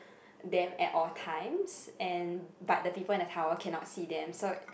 them at all times and but the people in the tower cannot see them so